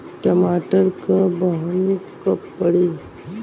टमाटर क बहन कब पड़ी?